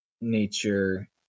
nature